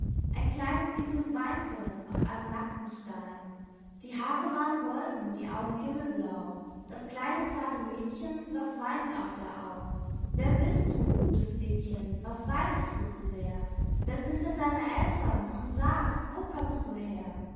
ein kleines kind und weinte auf einem nackten stein die haare waren golden die augen himmelblau das kleine zarte mädchen saß weinend auf der au wer bist du gutes mädchen was weinest du so sehr wer sind denn deine eltern und sag wo kömmst du her